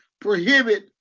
prohibit